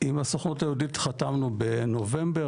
עם הסוכנות היהודית חתמנו בנובמבר,